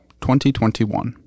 2021